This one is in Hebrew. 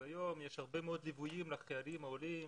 היום יש הרבה ליווי לחיילים העולים,